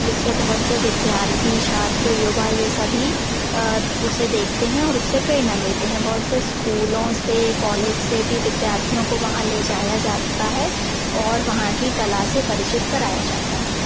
जिससे बहुत से विद्यार्थी छात्र युवा ये सभी उसे देखते हैं और उससे प्रेरणा लेते हैं बहुत से स्कूलों से कॉलेज से भी विद्यार्थियों को वहाँ ले जाया जाता है और वहाँ की कला से परिचित कराया जाता है